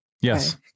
Yes